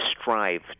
strive